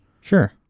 Sure